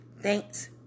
thanks